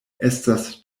estas